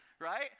right